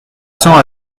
cents